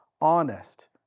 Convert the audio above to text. honest